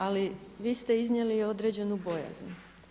Ali vi ste iznijeli i određenu bojazan.